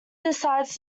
decides